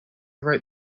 wrote